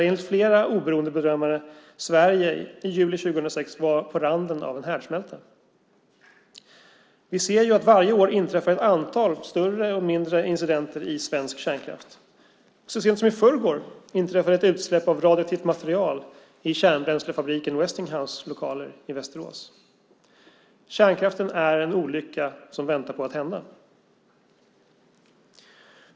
Enligt flera oberoende bedömare var Sverige i juli 2006 på randen av en härdsmälta. Varje år inträffar ett antal större och mindre incidenter i svensk kärnkraft. Så sent som i förrgår inträffade ett utsläpp av radioaktivt material i kärnbränslefabriken Westinghouses lokaler i Västerås. Kärnkraften är en olycka som väntar på att hända.